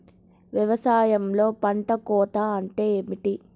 వ్యవసాయంలో పంట కోత అంటే ఏమిటి?